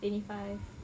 twenty five